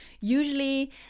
usually